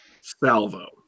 Salvo